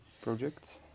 projects